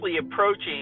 approaching